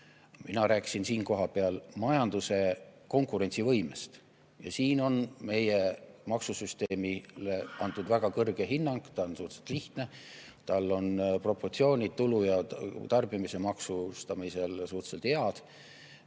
Mina rääkisin siin kohapeal majanduse konkurentsivõimest. Ja siin on meie maksusüsteemile antud väga kõrge hinnang: ta on suhteliselt lihtne, tal on proportsioonid tulu ja tarbimise maksustamisel suhteliselt head.